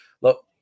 look